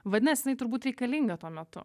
vadinas jinai turbūt reikalinga tuo metu